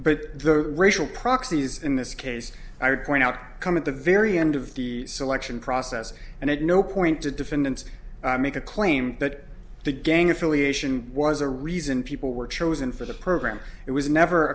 but the racial proxies in this case i would point out come at the very end of the selection process and at no point did defendants make a claim that the gang affiliation was a reason people were chosen for the program it was never